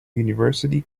university